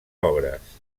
obres